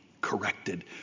corrected